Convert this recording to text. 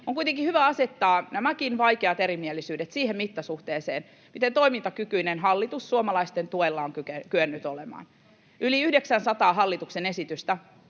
On kuitenkin hyvä asettaa nämäkin vaikeat erimielisyydet siihen mittasuhteeseen, miten toimintakykyinen hallitus suomalaisten tuella on kyennyt olemaan. Yli 900 hallituksen esitystä